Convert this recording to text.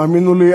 האמינו לי,